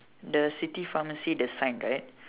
the city pharmacy the sign right